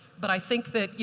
but i think that, you